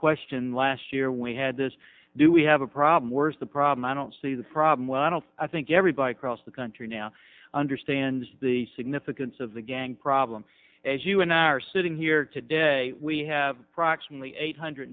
question last year we had this do we have a problem worse the problem i don't see the problem well i don't i think everybody across the country now understands the significance of the gang problem as you and i are sitting here today we have